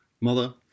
mother